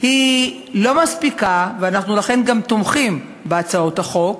לא מספיקה, ולכן אנחנו גם תומכים בהצעות החוק,